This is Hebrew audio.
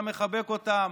אתה מחבק אותם,